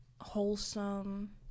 wholesome